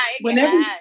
whenever